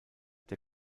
der